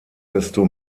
desto